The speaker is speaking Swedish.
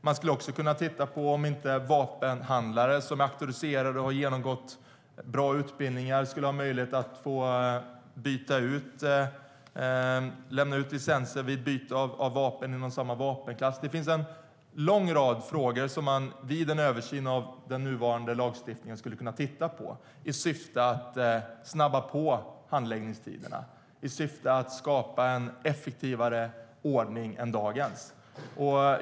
Man skulle också kunna titta på om inte vapenhandlare, som är auktoriserade och har genomgått en bra utbildning, skulle få möjlighet att lämna ut licenser vid byte av vapen inom samma vapenklass. Det finns en lång rad frågor som man vid en översyn av den nuvarande lagstiftningen skulle kunna titta på i syfte att snabba på handläggningstiderna och skapa en effektivare ordning än dagens.